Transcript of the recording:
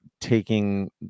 taking